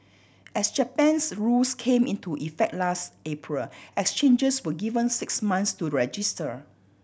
as Japan's rules came into effect last April exchanges were given six months to register